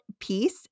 piece